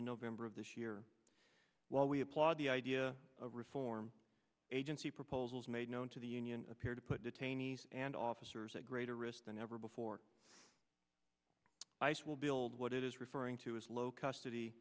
in november of this year while we applaud the idea of reform agency proposals made known to the union appear to put detainees and officers at greater risk than ever before ice will build what it is referring to as low custody